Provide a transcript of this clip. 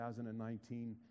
2019